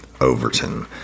Overton